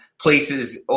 places